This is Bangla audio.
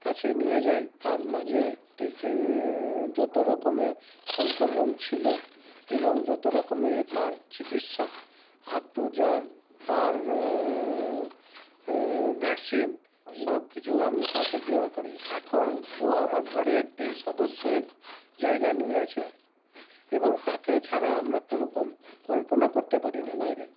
কাছে নিয়ে যাই তার মাঝে যত রকমের সংক্রমণ ছিলো এবং যত রকমের তার চিকিৎসা আপটু যার তার ভ্যাকসিন সব কিছু আমি তাকে দেওয়া করি এখন ও আমার ঘরে একটি সদস্যের জায়গা নিয়ে আছে এবং তাকে ছাড়া আমরা কোনো কল্পনা করতে পারি না বাইরে